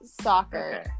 soccer